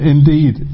Indeed